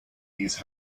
these